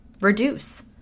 Reduce